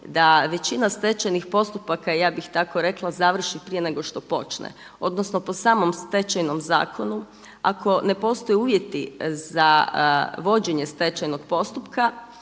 da većina stečajnih postupaka, ja bih tako rekla završi prije nego što počne, odnosno po samom Stečajnom zakonu ako ne postoje uvjeti za vođenje stečajnog postupka,